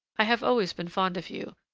i have always been fond of you,